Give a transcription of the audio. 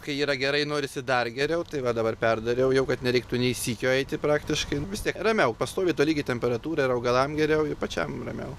kai yra gerai norisi dar geriau tai va dabar perdariau jau kad nereiktų nei sykio eiti praktiškai vis tiek ramiau pastovi tolygi emperatūra ir augalam geriau ir pačiam ramiau